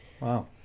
Wow